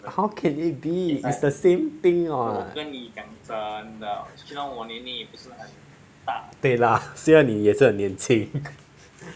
how can it be it's as the same thing [what] 对啦虽然你也是很年轻